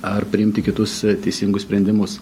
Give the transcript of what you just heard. ar priimti kitus teisingus sprendimus